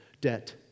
debt